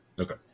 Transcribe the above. Okay